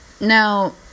Now